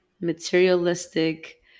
materialistic